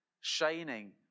shining